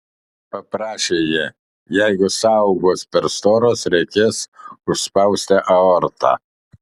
paprašė ji jeigu sąaugos per storos reikės užspausti aortą